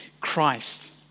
Christ